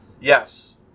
Yes